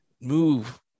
move